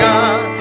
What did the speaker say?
God